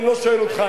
אני לא שואל אותך,